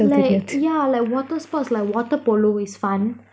like yeah like water sports like water polo is fun